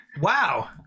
Wow